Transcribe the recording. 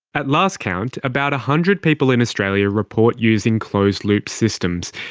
at last count, about a hundred people in australia report using closed-loop systems.